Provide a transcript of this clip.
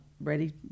ready